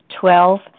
Twelve